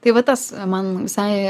tai va tas man visai